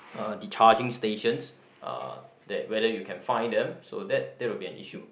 uh the charging stations uh that whether you can find them so that that will be an issue